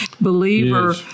believer